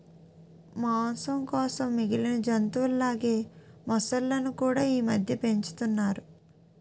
మాంసం కోసం మిగిలిన జంతువుల లాగే మొసళ్ళును కూడా ఈమధ్య పెంచుతున్నారు